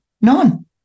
None